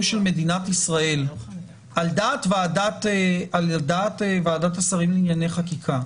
של מדינת ישראל על דעת ועדת השרים לענייני חקיקה.